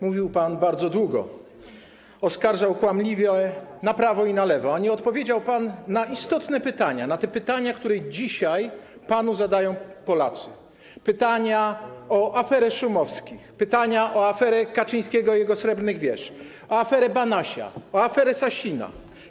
Mówił pan bardzo długo, oskarżał kłamliwie na prawo i na lewo, ale nie odpowiedział pan na istotne pytania, na te pytania, które dzisiaj zadają panu Polacy, o aferę Szumowskich, o aferę Kaczyńskiego i jego srebrnych wież, o aferę Banasia, o aferę Sasina.